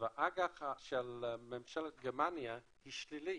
והאג"ח של ממשלת גרמניה הוא שלילי.